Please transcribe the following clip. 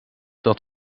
dat